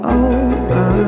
over